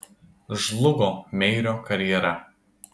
žlugo meirio karjera